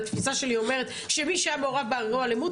התפיסה שלי אומרת שמי שהיה מעורב באירוע אלימות,